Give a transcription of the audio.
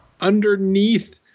underneath